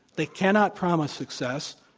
they cannot promise success.